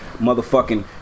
motherfucking